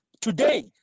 today